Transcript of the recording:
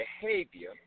behavior